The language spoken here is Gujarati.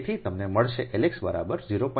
તેથી તમને મળશે L x બરાબર 0